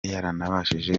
yarabashije